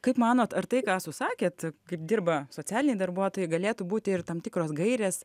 kaip manot ar tai ką susakėt kaip dirba socialiniai darbuotojai galėtų būti ir tam tikros gairės